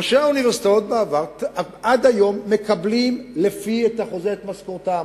ראשי האוניברסיטאות עד היום מקבלים לפי החוזה את משכורתם